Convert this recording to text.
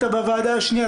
אתה היית בוועדה השנייה,